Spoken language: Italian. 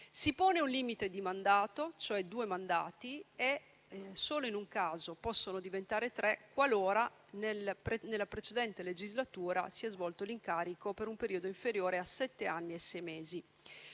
Si pone un limite di mandato (due mandati), e solo in un caso possono diventare tre: qualora nelle precedenti legislature si sia svolto l'incarico per un periodo inferiore a sette anni e sei mesi.